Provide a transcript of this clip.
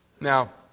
Now